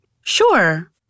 Sure